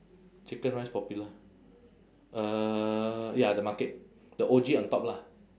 chicken rice popular uh ya the market the O_G on top lah